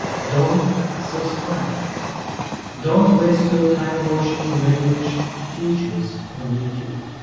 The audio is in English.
don't subscribe don't waste your time watching language teachers on youtube,